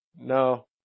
No